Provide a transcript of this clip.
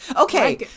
okay